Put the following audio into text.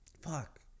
Fuck